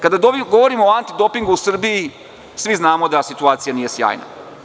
Kada govorimo o antidopingu u Srbiji svi znamo da situacija nije sjajna.